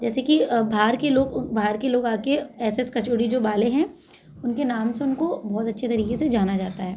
जैसे कि बाहर के लोग बाहर की लोग आ के एस एस कचौड़ी जो वाले हैं उनके नाम से उनको बहुत अच्छे तरीके से जाना जाता है